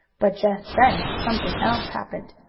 but just then something else happened.